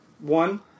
one